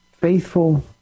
faithful